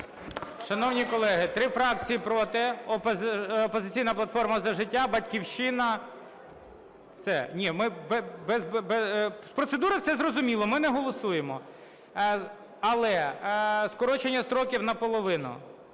Шановні колеги, три фракції проти. "Опозиційна платформа – За життя", "Батьківщина"… Все. Ні, ми... З процедури все зрозуміло, ми не голосуємо. Але скорочення строків наполовину.